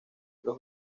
los